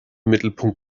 mittelpunkt